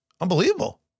Unbelievable